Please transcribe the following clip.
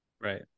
Right